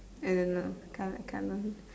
I don't know can't I can't lah